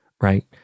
right